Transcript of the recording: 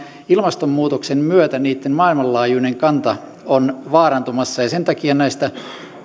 ilmastonmuutoksen myötä niitten maailmanlaajuinen kanta on vaarantumassa ja sen takia näistä